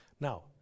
Now